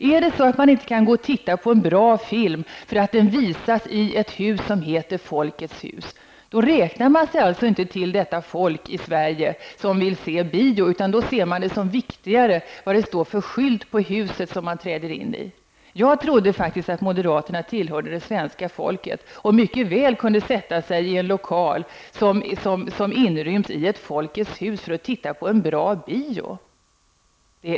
Är det så att moderaterna inte kan gå och titta på en bra film på grund av att den visas i ett hus som heter Folkets Hus? Moderaterna räknar sig alltså inte till detta folk i Sverige som vill se bio, utan ser det som viktigare vad det står för skylt på huset man träder in i. Jag trodde faktiskt att moderaterna tillhörde det svenska folket och mycket väl kunde sätta sig i en lokal som inryms i ett Folkets Hus för att titta på en bra bio.